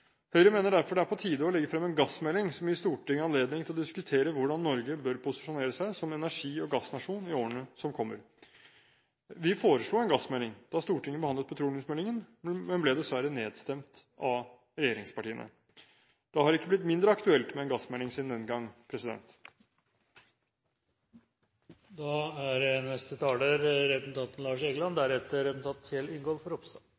Høyre mener derfor det er på tide å legge frem en gassmelding som gir Stortinget anledning til å diskutere hvordan Norge bør posisjonere seg som energi- og gassnasjon i årene som kommer. Vi foreslo en gassmelding da Stortinget behandlet petroleumsmeldingen, men ble dessverre nedstemt av regjeringspartiene. Det har ikke blitt mindre aktuelt med en gassmelding siden den gang.